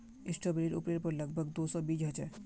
स्ट्रॉबेरीर उपरेर पर लग भग दो सौ बीज ह छे